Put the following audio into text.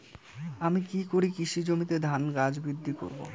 আমি কী করে কৃষি জমিতে ধান গাছ বৃদ্ধি করব?